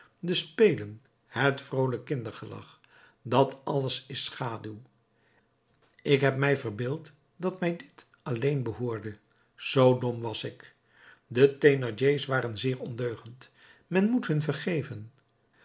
de spelen het vroolijk kindergelach dat alles is schaduw ik heb mij verbeeld dat mij dit alleen behoorde zoo dom was ik de thénardiers waren zeer ondeugend men moet hun vergeven